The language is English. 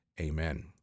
Amen